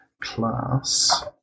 class